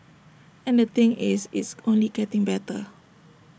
and the thing is it's only getting better